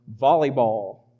volleyball